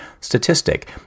statistic